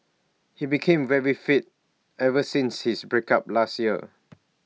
he became very fit ever since his break up last year